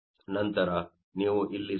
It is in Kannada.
ನಂತರ ನೀವು ಇಲ್ಲಿ 0